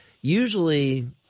usually